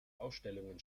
ausstellungen